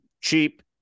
cheap